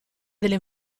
delle